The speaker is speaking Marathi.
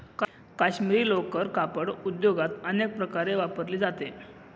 काश्मिरी लोकर कापड उद्योगात अनेक प्रकारे वापरली जाते